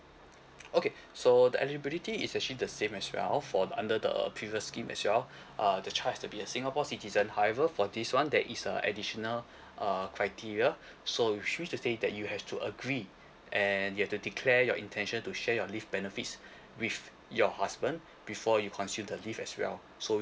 okay so the eligibility is actually the same as well for the under the previous scheme as well uh the charge to be a singapore citizen however for this one there is a additional uh criteria so which means to say that you have to agree and you have to declare your intention to share your live benefits with your husband before you consume the leave as well so